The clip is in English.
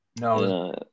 No